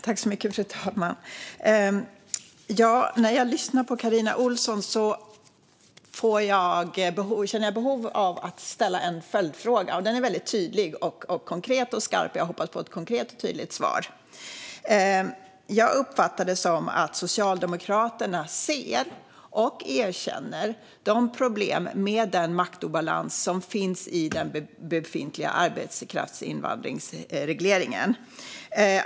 Fru talman! När jag lyssnar på Carina Ohlsson känner jag behov av att ställa en följdfråga. Den är väldigt tydlig, konkret och skarp, och jag hoppas på ett konkret och tydligt svar. Jag uppfattar det som att Socialdemokraterna ser och erkänner problemen med den maktobalans som finns i den befintliga arbetskraftsinvandringsregleringen.